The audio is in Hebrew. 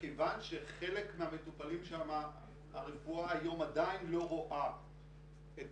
וכיוון שהרפואה היום עדיין לא רואה את